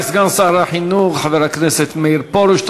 תודה לסגן שר החינוך חבר הכנסת מאיר פרוש.